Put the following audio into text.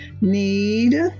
Need